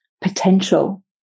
potential